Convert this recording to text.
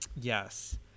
yes